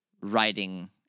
writing